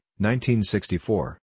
1964